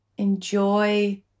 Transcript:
enjoy